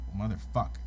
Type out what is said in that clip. Motherfuck